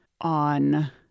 on